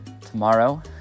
tomorrow